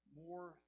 more